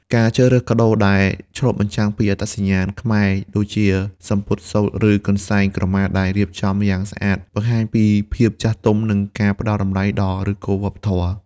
ការជ្រើសរើសកាដូដែលឆ្លុះបញ្ចាំងពីអត្តសញ្ញាណខ្មែរ ដូចជាសំពត់សូត្រ ឬកន្សែងក្រមាដែលរៀបចំយ៉ាងស្អាត បង្ហាញពីភាពចាស់ទុំ និងការផ្ដល់តម្លៃដល់ឫសគល់វប្បធម៌។